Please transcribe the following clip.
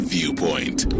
Viewpoint